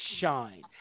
shine